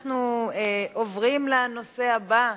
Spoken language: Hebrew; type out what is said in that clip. אנחנו עוברים לנושא הבא בסדר-היום.